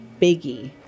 biggie